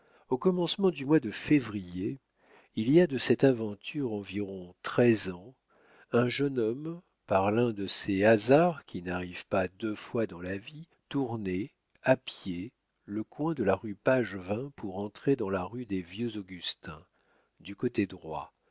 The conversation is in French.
au commencement du mois de février il y a de cette aventure environ treize ans un jeune homme par l'un de ces hasards qui n'arrivent pas deux fois dans la vie tournait à pied le coin de la rue pagevin pour entrer dans la rue des vieux augustins du côté droit